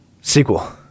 Sequel